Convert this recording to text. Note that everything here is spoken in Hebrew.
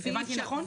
הבנתי נכון?